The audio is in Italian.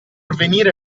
venire